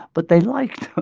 but they liked